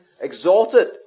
exalted